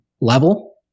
level